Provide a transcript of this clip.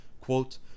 Quote